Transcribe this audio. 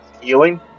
healing